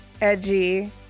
edgy